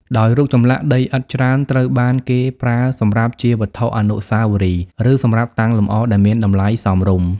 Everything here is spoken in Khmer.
ដោយរូបចម្លាក់ដីឥដ្ឋច្រើនត្រូវបានគេប្រើសម្រាប់ជាវត្ថុអនុស្សាវរីយ៍ ឬសម្រាប់តាំងលម្អដែលមានតម្លៃសមរម្យ។